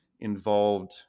involved